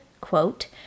quote